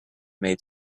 made